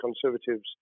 Conservatives